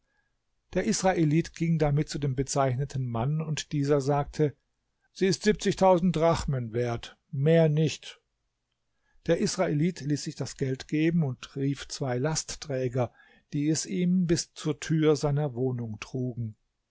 der israelit ging damit zu dem bezeichneten mann und dieser sagte sie ist drachmen wert mehr nicht der israelit ließ sich das geld geben und rief zwei lastträger die es ihm bis zur tür seiner wohnung trugen